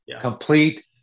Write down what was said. Complete